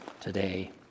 today